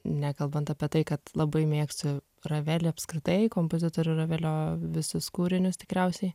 nekalbant apie tai kad labai mėgstu ravelį apskritai kompozitorių ravelio visus kūrinius tikriausiai